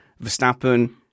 Verstappen